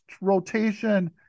rotation